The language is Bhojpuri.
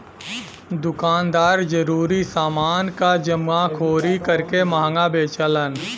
दुकानदार जरूरी समान क जमाखोरी करके महंगा बेचलन